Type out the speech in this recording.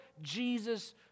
Jesus